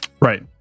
right